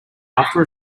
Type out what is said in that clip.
after